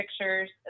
pictures